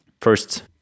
first